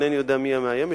ואינני יודע מי המאיים,